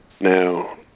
now